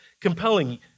compelling